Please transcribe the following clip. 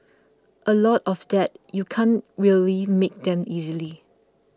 a lot of that you can't really make them easily